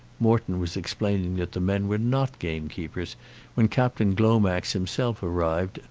morton was explaining that the men were not gamekeepers when captain glomax himself arrived,